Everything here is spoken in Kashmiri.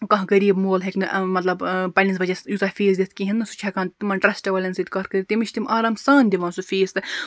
کانٛہہ غریٖب مول ہیٚکنہِ مَطلَب پَننِس بَچَس یوٗتاہ فیٖس دِتھ کِہیٖنۍ نہٕ سُہ چھُ ہیٚکان تِمَن ٹرسٹ والٮ۪ن سۭتۍ کتھ کٔرِتھ تٔمِس چھِ تِم آرام سان دِوان سُہ فیٖس تہٕ